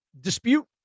dispute